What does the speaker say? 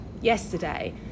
yesterday